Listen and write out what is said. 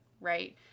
right